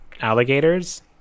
alligators